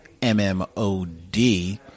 MMOD